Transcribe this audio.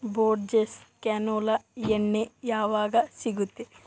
Borges canola ಎಣ್ಣೆ ಯಾವಾಗ ಸಿಗುತ್ತೆ